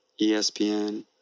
ESPN